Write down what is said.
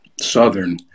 Southern